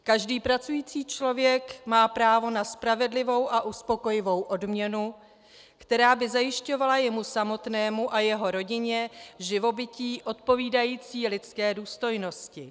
Každý pracující člověk má právo na spravedlivou a uspokojivou odměnu, která by zajišťovala jemu samotnému a jeho rodině živobytí odpovídající lidské důstojnosti.